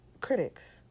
critics